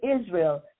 Israel